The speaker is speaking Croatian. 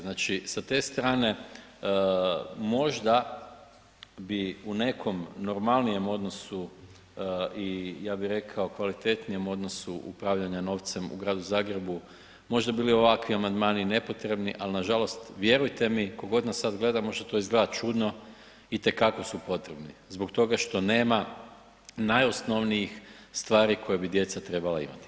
Znači s te strane možda bi u nekom normalnijem odnosu i ja bih rekao kvalitetnijem odnosu upravljanja novcem u gradu Zagrebu, možda bili ovakvi amandmani nepotrebni ali nažalost vjerujte mi tko god nas sad gleda može to izgledati čudno itekako su potrebni zbog toga što nema najosnovnijih stvari koje bi djeca trebala imati.